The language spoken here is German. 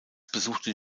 besuchte